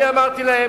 אני אמרתי להם: